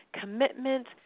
commitment